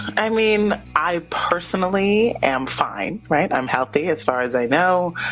i mean, i personally am fine, right? i'm healthy as far as i know,